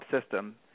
system